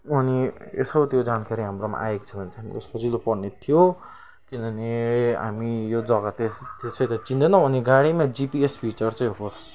अनि यसो त्यो जानकारी हाम्रोमा आएको छ भने चाहिँ सजिलो पर्ने थियो किनभने हामी यो जग्गा त्यस त्यसै त चिन्दैनौँ अनि गाडीमा जिपिएस फिचर चाहिँ होस्